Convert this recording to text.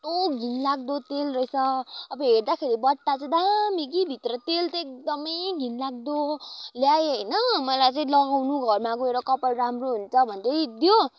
यस्तो घिनलाग्दो तेल रहेछ अब हेर्दाखेरि बट्टा चाहिँ दामी कि भित्र तेल चाहिँ एकदमै घिनलाग्दो ल्याएँ होइन मलाई चाहिँ लगाउनु घरमा गएर कपाल राम्रो हुन्छ भन्दै दियो